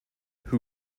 who